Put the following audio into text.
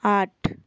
আট